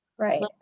right